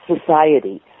society